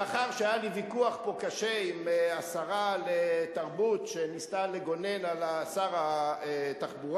לאחר שהיה לי פה ויכוח קשה עם שרת התרבות שניסתה לגונן על שר התחבורה,